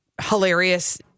hilarious